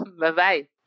Bye-bye